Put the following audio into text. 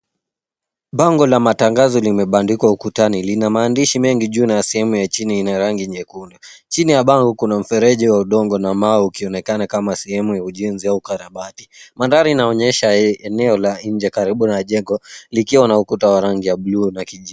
Bango la matangazo limebandikwa ukutani. Lina maandishi mengi juu na sehemu ya chini ina rangi nyekundu. Chini ya bango kuna mfereji wa udongo na mawe ukionekana kama sehemu ya ujenzi au ukarabati. Mandhari inaonyesha sehemu ya nje karibu na jengo likiwa na ukuta wa rangi ya blue na kijivu.